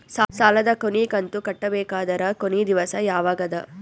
ಸಾಲದ ಕೊನಿ ಕಂತು ಕಟ್ಟಬೇಕಾದರ ಕೊನಿ ದಿವಸ ಯಾವಗದ?